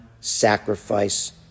sacrifice